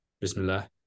bismillah